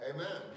Amen